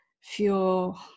feel